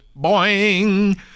Boing